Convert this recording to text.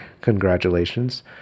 Congratulations